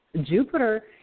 Jupiter